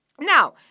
Now